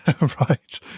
Right